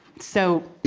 so,